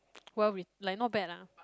well writ like not bad lah